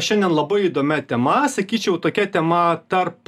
šiandien labai įdomia tema sakyčiau tokia tema tarp